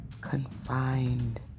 confined